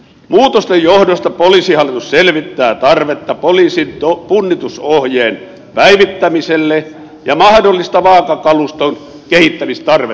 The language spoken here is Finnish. muutosten johdosta poliisihallitus selvittää tarvetta poliisin punnitusohjeen päivittämiselle ja mahdollista vaakakaluston kehittämistarvetta